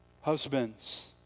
husbands